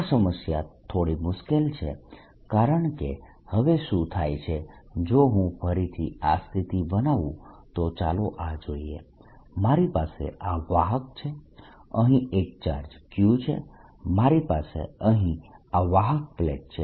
આ સમસ્યા થોડી મુશ્કેલ છે કારણકે હવે શું થાય છે જો હું ફરીથી આ સ્થિતિ બનાવું તો ચાલો આ જોઈએ મારી પાસે આ વાહક છે અહીં એક ચાર્જ Q છે મારી પાસે અહીં આ વાહક પ્લેટ છે